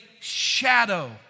shadow